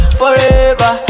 forever